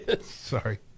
Sorry